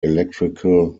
electrical